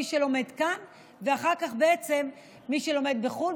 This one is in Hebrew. מי שלומד כאן ואחר כך מי שלומד בחו"ל.